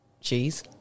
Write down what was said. cheese